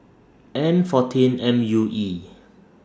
N fourteen M U E